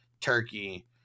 turkey